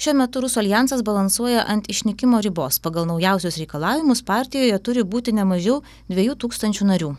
šiuo metu rusų aljansas balansuoja ant išnykimo ribos pagal naujausius reikalavimus partijoje turi būti ne mažiau dviejų tūkstančių narių